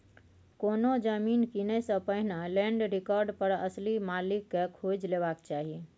कोनो जमीन कीनय सँ पहिने लैंड रिकार्ड पर असली मालिक केँ खोजि लेबाक चाही